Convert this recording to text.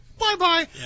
Bye-bye